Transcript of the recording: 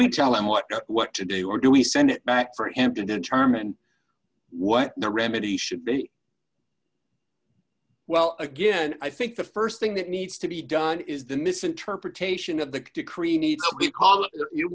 we tell them what or what to do or do we send it back for him to determine what the remedy should be well again i think the st thing that needs to be done is the misinterpretation of the decree need